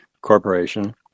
corporation